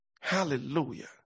Hallelujah